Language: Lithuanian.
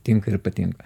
tinka ir patinka